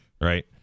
right